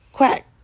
Quack